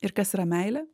ir kas yra meilė